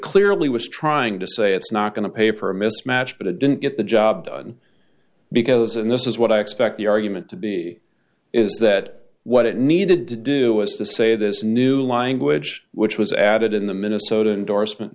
clearly was trying to say it's not going to pay for a mismatch but it didn't get the job done because and this is what i expect the argument to be is that what it needed to do is to say this new language which was added in the minnesota endorsement